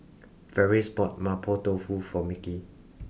Ferris bought Mapo Tofu for Mickie